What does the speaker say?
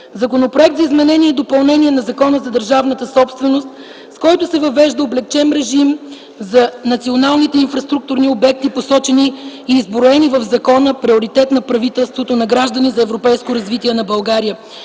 Законопроект за изменение и допълнение на Закона за държавната собственост, с който се въвежда облекчен режим за националните инфраструктурни обекти, посочени и изброени в закона, приоритет на правителството на „Граждани за европейско развитие на България”;